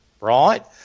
right